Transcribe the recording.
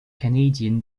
canadian